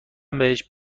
بهش